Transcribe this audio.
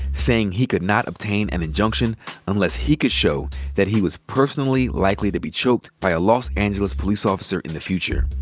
saying he could not obtain an injunction unless he could show that he was personally likely to be choked by a los angeles police officer in the future.